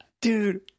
Dude